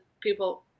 people